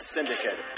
Syndicate